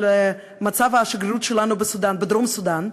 על מצב השגרירות שלנו בדרום-סודאן,